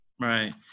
right